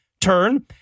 turn